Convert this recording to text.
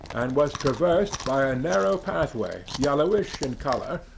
and was traversed by a narrow pathway, yellowish in colour,